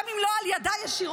גם אם לא על ידיה ישירות,